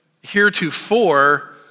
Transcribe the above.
heretofore